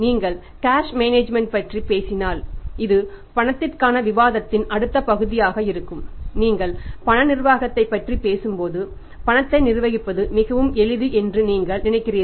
நீங்கள் இங்கே cash management ப் பற்றி பேசினால் இது பணத்திற்கான விவாதத்தின் அடுத்த பகுதியாக இருக்கும் நீங்கள் பண நிர்வாகத்தைப் பற்றி பேசும்போது பணத்தை நிர்வகிப்பது மிகவும் எளிது என்று நீங்கள் நினைக்கிறீர்கள்